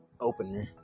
opener